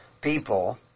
people